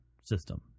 system